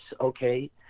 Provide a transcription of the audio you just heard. okay